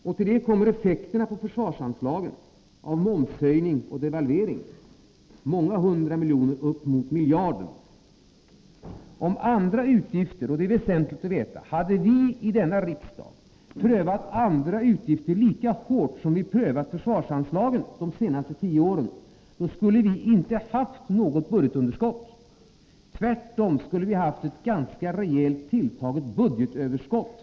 Därtill kommer effekterna på försvarsanslagen av momshöjning och devalvering — det gör många hundra miljoner eller upp emot miljarden. Om andra utgifter — och detta är väsentligt att veta — prövats lika hårt som försvarsanslagen under de senaste tio åren, skulle vi i dag inte ha haft något budgetunderskott. Tvärtom skulle vi ha haft ett ganska rejält tilltaget budgetöverskott.